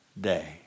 day